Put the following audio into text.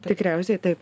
tikriausiai taip